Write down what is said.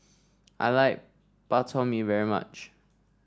I like Bak Chor Mee very much